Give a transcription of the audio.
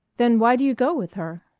then why do you go with her?